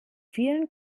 vielen